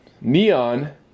neon